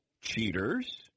cheaters